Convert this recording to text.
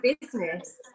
business